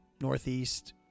Northeast